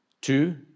Two